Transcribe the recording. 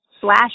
slash